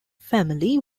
family